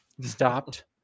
stopped